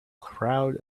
crowd